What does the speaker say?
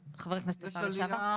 אז חבר הכנסת והשר לשעבר.